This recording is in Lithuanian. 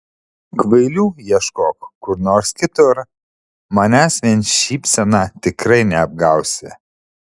kvailių ieškok kur nors kitur manęs vien šypsena tikrai neapgausi